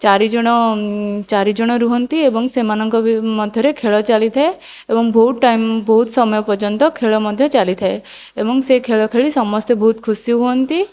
ଚାରିଜଣ ଚାରିଜଣ ରୁହନ୍ତି ଏବଂ ସେମାନଙ୍କ ବି ମଧ୍ୟରେ ଖେଳ ଚାଲିଥାଏ ଏବଂ ବହୁତ ଟାଇମ ବହୁତ ସମୟ ପର୍ଯ୍ୟନ୍ତ ଖେଳ ମଧ୍ୟ ଚାଲିଥାଏ ଏବଂ ସେଇ ଖେଳ ଖେଳି ସମସ୍ତେ ବହୁତ ଖୁସି ହୁଅନ୍ତି